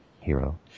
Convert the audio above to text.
hero